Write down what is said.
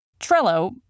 Trello